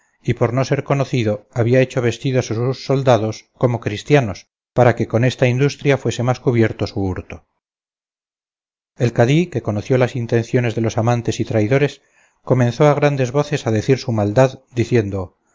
y por no ser conocido había hecho vestidos a sus soldados como cristianos para que con esta industria fuese más cubierto su hurto el cadí que conoció las intenciones de los amantes y traidores comenzó a grandes voces a decir su maldad diciendo